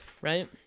right